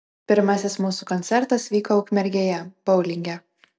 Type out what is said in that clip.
pirmasis mūsų koncertas vyko ukmergėje boulinge